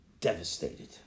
devastated